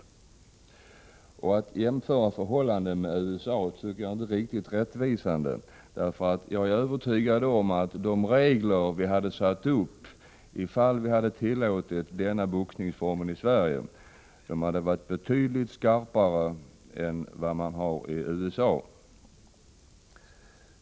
Det är inte riktigt rättvisande att jämföra förhållandena med USA. Jag är nämligen övertygad om att de regler som vi skulle ha satt upp om vi hade tillåtit denna boxningsform i Sverige hade varit betydligt skarpare än de regler man har i USA.